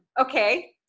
Okay